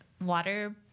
water